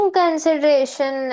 consideration